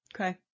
Okay